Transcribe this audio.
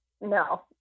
No